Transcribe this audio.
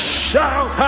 shout